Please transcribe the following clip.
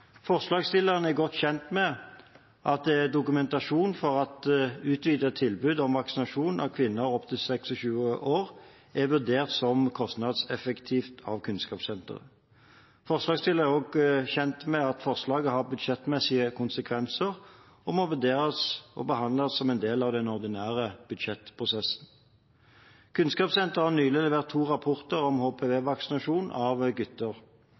Forslagsstillerne er godt kjent med dokumentasjonen for at et utvidet tilbud om vaksinasjon for kvinner opptil 26 år er vurdert som kostnadseffektivt av Kunnskapssenteret. Forslagsstillerne er også kjent med at forslaget har budsjettmessige konsekvenser og må vurderes og behandles som en del av den ordinære budsjettprosessen. Kunnskapssenteret har nylig levert to rapporter om HPV-vaksinasjon av gutter.